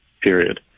period